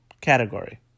category